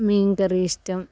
മീൻകറി ഇഷ്ട്ടം